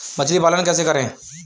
मछली पालन कैसे करें?